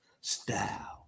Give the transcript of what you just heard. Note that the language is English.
style